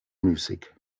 müßig